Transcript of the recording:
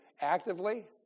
actively